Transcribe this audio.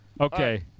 Okay